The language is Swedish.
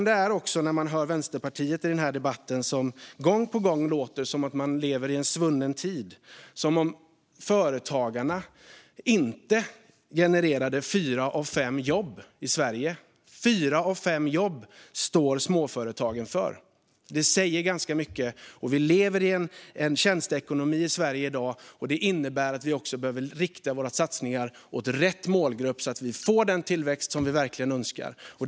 Det är slående när man hör Vänsterpartiet i denna debatt som gång på gång låter som att man lever i en svunnen tid och som om företagarna inte genererade fyra av fem jobb i Sverige. Småföretagen står för fyra av fem jobb. Det säger ganska mycket. Och vi lever i en tjänsteekonomi i Sverige i dag. Det innebär att vi också behöver rikta våra satsningar till rätt målgrupp så att vi får den tillväxt som vi verkligen önskar.